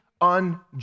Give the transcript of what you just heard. unjust